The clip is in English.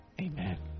Amen